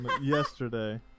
Yesterday